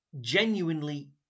genuinely